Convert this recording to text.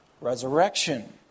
resurrection